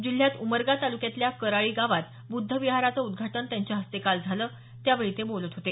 जिल्ह्यात उमरगा तालुक्यातल्या कराळी गावात बुद्ध विहाराचं उदघाटन त्यांच्या हस्ते काल झालं त्यावेळी ते बोलत होते